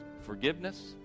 forgiveness